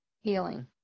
healing